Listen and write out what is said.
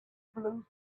blue